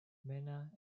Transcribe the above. mena